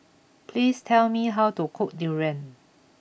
please tell me how to cook Durian